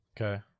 Okay